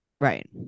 Right